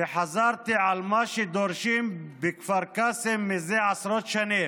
וחזרתי על מה שדורשים בכפר קאסם מזה עשרות שנים,